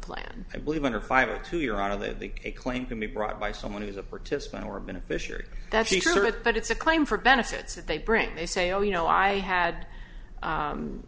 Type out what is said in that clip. plan i believe under five a two year out of the claim can be brought by someone who is a participant or a beneficiary that she sort of it but it's a claim for benefits that they bring they say oh you know i had